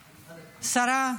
השרה,